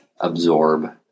absorb